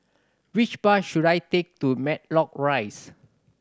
which bus should I take to Matlock Rise